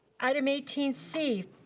item eighteen c,